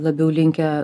labiau linkę